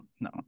no